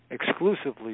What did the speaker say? exclusively